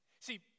See